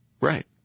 Right